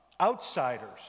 outsiders